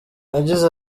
yagize